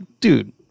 dude